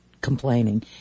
complaining